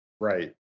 Right